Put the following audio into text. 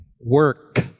work